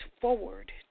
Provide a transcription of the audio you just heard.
forward